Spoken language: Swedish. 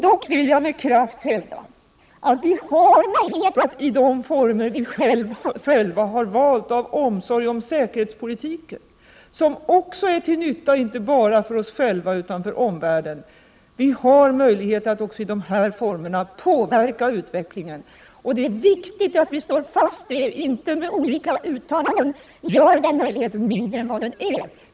Dock vill jag med kraft hävda att vi, i de former vi själva har valt av omsorg om säkerhetspolitiken — vilken är till nytta inte bara för oss själva utan även för omvärlden — har möjlighet att påverka utvecklingen. Det är viktigt att vi slår fast detta och inte genom olika uttalanden gör den möjligheten mindre än den är.